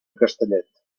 castellet